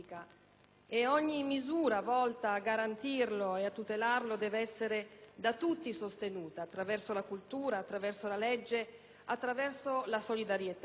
ogni misura volta a garantirlo e a tutelarlo deve essere da tutti sostenuta attraverso la cultura, attraverso la legge, attraverso la solidarietà.